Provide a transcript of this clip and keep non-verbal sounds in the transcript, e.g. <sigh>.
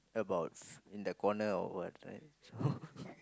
about f~ in the corner or what right <breath> so